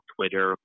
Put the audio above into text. Twitter